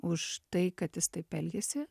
už tai kad jis taip elgėsi